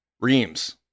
reams